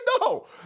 No